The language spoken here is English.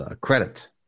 credit